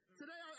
today